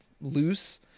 loose